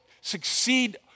succeed